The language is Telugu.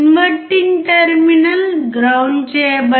ఇన్వర్టింగ్ టెర్మినల్ గ్రౌండ్ చేయబడింది